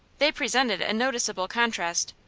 they presented a noticeable contrast,